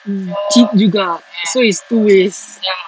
mm cheat juga so it's two ways